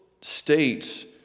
states